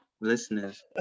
Listeners